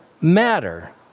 matter